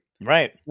Right